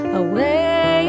away